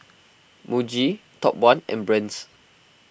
Muji Top one and Brand's